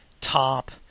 top